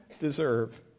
deserve